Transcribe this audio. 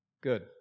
Good